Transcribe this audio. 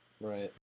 Right